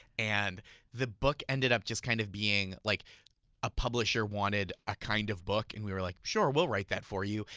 and the book ended up just kind of being like a publisher wanted a kind of book. and we were like, sure, we'll write that for you.